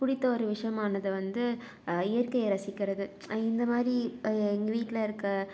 பிடித்த ஒரு விஷயமானது வந்து இயற்கையை ரசிக்கிறது இந்த மாதிரி அது எங்கள் வீட்டில் இருக்கற